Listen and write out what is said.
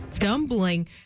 Stumbling